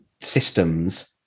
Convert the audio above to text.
systems